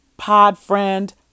Podfriend